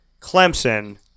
Clemson